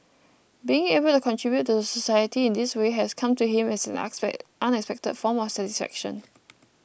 being able to contribute to the society in this way has come to him as an expect unexpected form of satisfaction